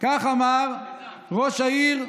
כך אמר ראש העיר,